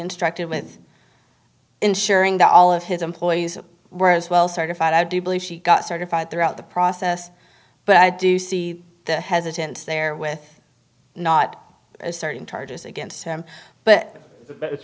instructed with ensuring that all of his employees were as well certified i do believe she got certified throughout the process but i do see the hesitance there with not a certain targets against them but it's